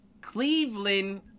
Cleveland